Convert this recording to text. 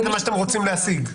זה מה שאתם רוצים להשיג..